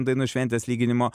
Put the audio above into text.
dainų šventės lyginimo